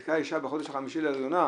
מדוע יש פערים כאלה בצרכנות,